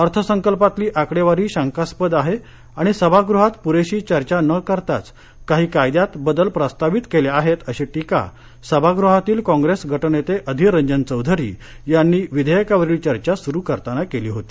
अर्थसंकल्पातली आकडेवारी शंकास्पद आहे आणि सभागृहात पुरेशी चर्चा न करताच काही कायद्यांत बदल प्रस्तावित केले आहेत अशी टीका सभागृहातील कॉप्रेस गटनेत अधीर रंजन चौधरी यांनीविधेयकावरील चर्चा सुरू करताना केली होती